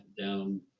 down